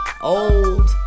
Old